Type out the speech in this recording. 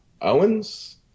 Owens